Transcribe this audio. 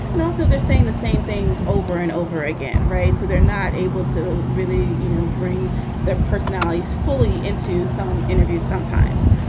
and also they're saying the same things over and over again. right. so they're not able to really, you know, bring their personalities fully into some interviews sometimes.